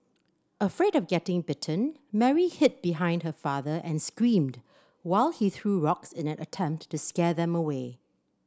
afraid of getting bitten Mary hid behind her father and screamed while he threw rocks in an attempt to scare them away